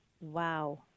Wow